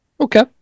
Okay